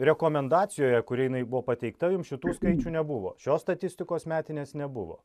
rekomendacijoje kuri jinai buvo pateikta jums šitų skaičių nebuvo šios statistikos metinės nebuvo